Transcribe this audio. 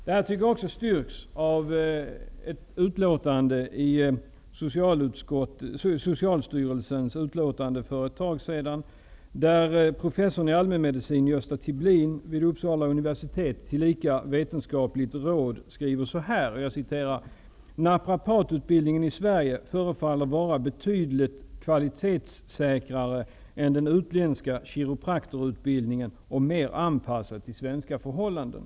Detta styrks i det utlåtande som Socialstyrelsen avgav för ett tag sedan. Professorn i allmänmedicin vid Uppsala universitet, Gösta Tibblin, tillika vetenskapligt råd, skriver: ''Naprapatutbildningen i Sverige förefaller vara betydligt kvalitetssäkrare än den utländska kiropraktikerutbildningen och mer anpassad till svenska förhållanden.''